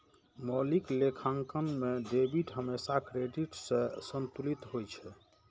मौलिक लेखांकन मे डेबिट हमेशा क्रेडिट सं संतुलित होइ छै